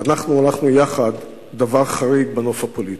ואנחנו הלכנו יחד, דבר חריג בנוף הפוליטי.